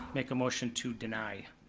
make a motion to deny.